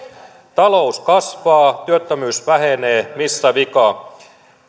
talous kasvaa työttömyys vähenee missä vika